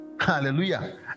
hallelujah